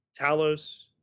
Talos